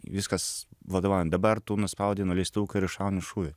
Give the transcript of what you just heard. viskas vadovaujant dabar tu nuspaudei nuleistuką ir iššauni šūvį